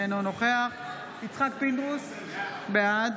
אינו נוכח יצחק פינדרוס, בעד